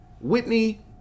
Whitney